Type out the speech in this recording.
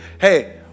Hey